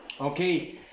Okay